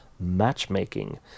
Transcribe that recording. matchmaking